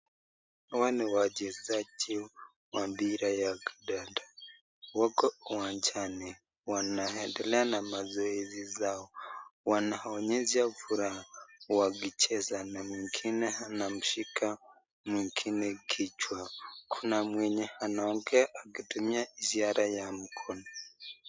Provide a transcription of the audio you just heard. Hawa ni wachezaji wa mpira wa kidanta. Wako uwanjani wanaendelea na mazoezi zao. Wanaonyesha furaha wakicheza na mwingine amemshika mwingine kichwa. Kuna mwenye anaongea akitumia ishara ya mkono.